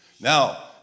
Now